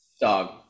Dog